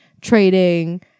trading